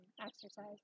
exercise